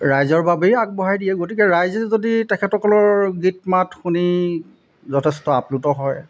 ৰাইজৰ বাবেই আগবঢ়াই দিয়ে গতিকে ৰাইজে যদি তেখেতসকলৰ গীত মাত শুনি যথেষ্ট আপ্লুত হয়